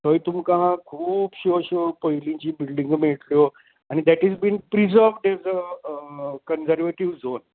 थंय तुमकां खुबश्यो अश्यो पयलिंच्यो बिल्डींगो मेळटल्यो आनी that is been preserved in conservative zone